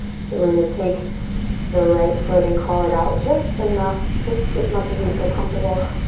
so we're gonna take the right foot and crawl it out just enough, just as much as we feel comfortable.